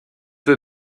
peu